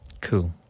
Cool